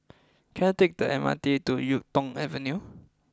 can I take the M R T to Yuk Tong Avenue